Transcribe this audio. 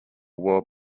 war